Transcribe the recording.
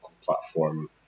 platform